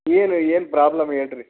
ಏನು ಏನು ಪ್ರಾಬ್ಲಮ್ ಹೇಳ್ ರೀ